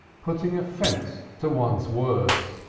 putting a fence to one's words,